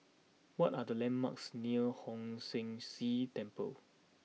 what are the landmarks near Hong San See Temple